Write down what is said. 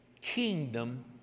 kingdom